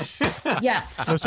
Yes